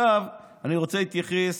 עכשיו אני רוצה להתייחס